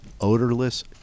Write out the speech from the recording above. odorless